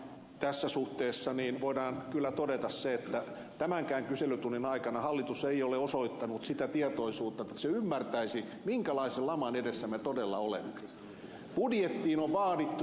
tässä suhteessa voidaan kyllä todeta se että tämänkään kyselytunnin aikana hallitus ei ole osoittanut sitä tietoisuutta että se ymmärtäisi minkälaisen laman edessä me todella olemme